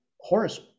Horace